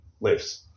lives